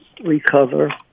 recover